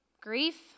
grief